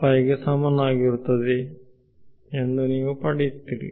5 ಗೆ ಸಮನಾಗಿರುತ್ತದೆ ಎಂದು ನೀವು ಪಡೆಯುತ್ತೀರಿ